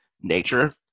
nature